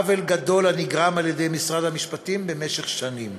עוול גדול הנגרם על-ידי משרד המשפטים במשך שנים,